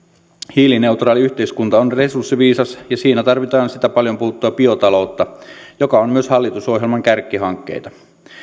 hiilineutraali yhteiskunta on resurssiviisas ja siinä tarvitaan sitä paljon puhuttua biotaloutta joka on myös hallitusohjelman kärkihankkeita